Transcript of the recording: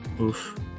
Oof